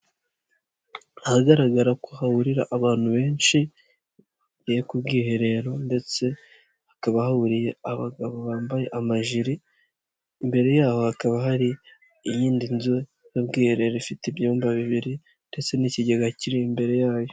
Ahagaragara ko hahurira abantu benshi bagiye ku bwiherero ndetse hakaba hariye abagabo bambaye amajiri, imbere yaho hakaba hari iyindi nzu y'ubwiherero ifite ibyumba bibiri ndetse n'ikigega kiri imbere yayo.